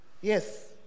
Yes